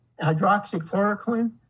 hydroxychloroquine